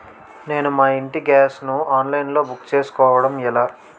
నేను మా ఇంటి యెక్క గ్యాస్ ను ఆన్లైన్ లో బుక్ చేసుకోవడం ఎలా?